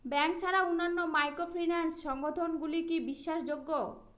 Bank ছাড়া অন্যান্য microfinance সংগঠন গুলি কি বিশ্বাসযোগ্য?